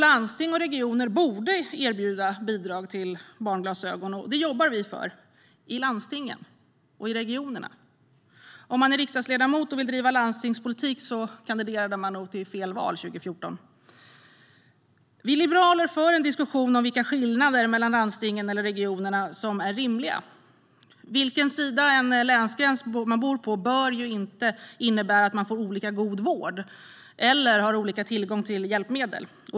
Landsting och regioner borde erbjuda bidrag till barnglasögon, och det jobbar vi för - i landstingen och regionerna. Om man är riksdagsledamot och vill bedriva landstingspolitik kandiderade man nog i fel val 2014. Vi liberaler för en diskussion om vilka skillnader mellan landstingen eller regionerna som är rimliga. Vilken sida om en länsgräns man bor på bör inte innebära att man får olika god vård eller olika tillgång till hjälpmedel.